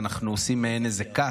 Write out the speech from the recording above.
ואנחנו עושים מעין cut,